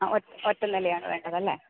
ആ ഒറ്റ നിലയാണു വേണ്ടതല്ലേ